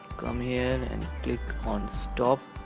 come here and click on stop